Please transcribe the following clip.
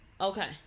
Okay